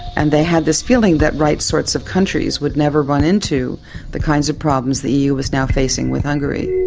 and they had this feeling that right sorts of countries would never run into the kinds of problems the eu was now facing with hungary.